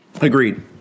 Agreed